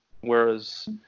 Whereas